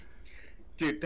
Dude